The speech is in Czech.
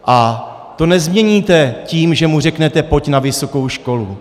A to nezměníte tím, že mu řeknete: pojď na vysokou školu.